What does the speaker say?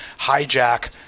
hijack